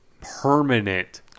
permanent